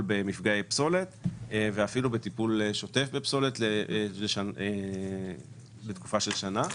במפגעי פסולת וטיפול שוטף בפסולת לתקופה של שנה.